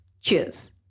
Cheers